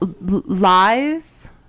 lies